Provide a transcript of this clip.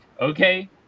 okay